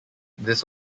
this